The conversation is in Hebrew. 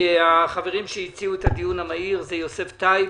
החברים שהציעו את הדיון המהיר הם יוסף טייב,